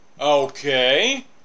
Okay